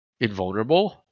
invulnerable